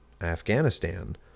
Afghanistan